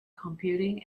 computing